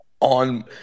On